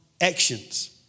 actions